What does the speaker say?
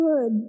good